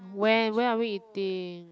when where are we eating